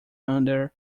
under